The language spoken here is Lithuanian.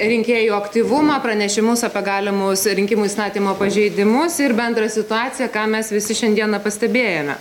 rinkėjų aktyvumą pranešimus apie galimus rinkimų įstatymo pažeidimus ir bendrą situaciją ką mes visi šiandieną pastebėjome